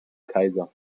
kaiser